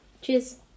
cheers